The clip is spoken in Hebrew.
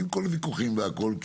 עם כל הוויכוחים והכול,